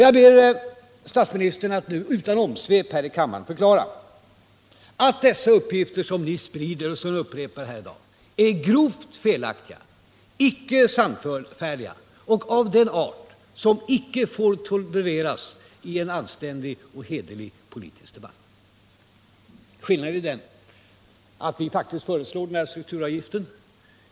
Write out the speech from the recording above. Jag ber statsministern att nu utan omsvep förklara här i kammaren att de uppgifter som ni spritt och upprepat här i dag är grovt felaktiga, icke sannfärdiga och av en art som inte får tolereras i en anständig och hederlig politisk debatt. Vi föreslog en strukturavgift.